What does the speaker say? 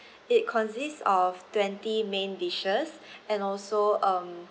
it consists of twenty main dishes and also um